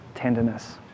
tenderness